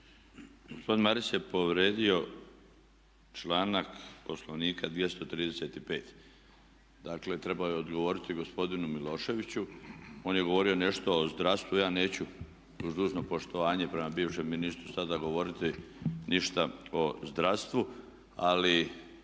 Gospodin Maras je povrijedio članak Poslovnika 235., dakle trebao je odgovoriti gospodinu Miloševiću. On je govorio nešto o zdravstvu, ja neću uz dužno poštovanje prema bivšem ministru sada govoriti ništa o zdravstvu ali